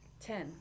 ten